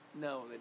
No